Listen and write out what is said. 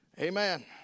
amen